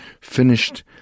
finished